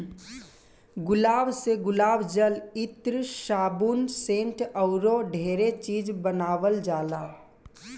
गुलाब से गुलाब जल, इत्र, साबुन, सेंट अऊरो ढेरे चीज बानावल जाला